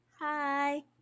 Hi